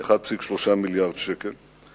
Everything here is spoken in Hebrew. ב-1.3 מיליארד שקל.